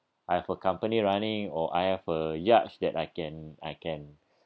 I have a company running or I have a yacht that I can I can